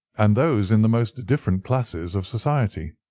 and those in the most different classes of society.